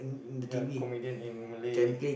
ya comedian in Malay